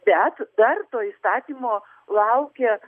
bet dar to įstatymo laukia